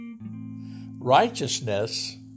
righteousness